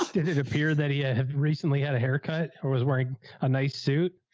it appear that he had recently had a haircut or was wearing a nice suit.